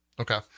Okay